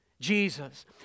Jesus